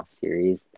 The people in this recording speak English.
series